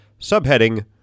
subheading